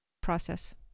process